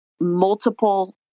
multiple